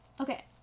Okay